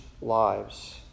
lives